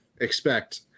expect